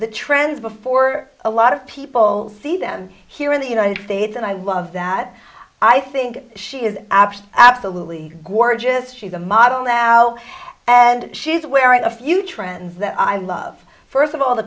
the trends before a lot of people see them here in the united states and i love that i think she is absent absolutely gorgeous she's a model now and she's wearing a few trends that i love first of all the